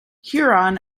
huron